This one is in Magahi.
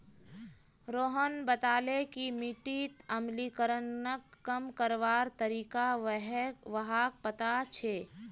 रोहन बताले कि मिट्टीत अम्लीकरणक कम करवार तरीका व्हाक पता छअ